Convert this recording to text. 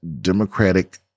democratic